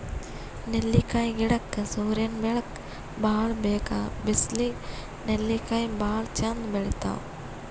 ನೆಲ್ಲಿಕಾಯಿ ಗಿಡಕ್ಕ್ ಸೂರ್ಯನ್ ಬೆಳಕ್ ಭಾಳ್ ಬೇಕ್ ಬಿಸ್ಲಿಗ್ ನೆಲ್ಲಿಕಾಯಿ ಭಾಳ್ ಚಂದ್ ಬೆಳಿತಾವ್